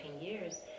years